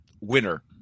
winner